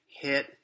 hit